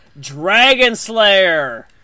Dragonslayer